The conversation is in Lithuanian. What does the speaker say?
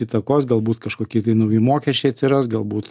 įtakos galbūt kažkokie tai nauji mokesčiai atsiras galbūt